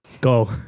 Go